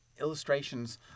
Illustrations